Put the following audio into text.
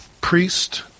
priest